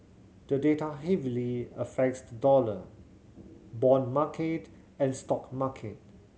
the data heavily affects the dollar bond market and stock market